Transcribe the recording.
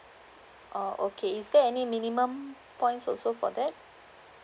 oh okay is there any minimum points also for that